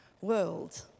world